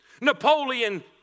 napoleon